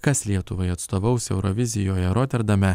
kas lietuvai atstovaus eurovizijoje roterdame